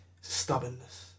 stubbornness